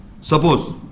Suppose